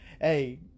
hey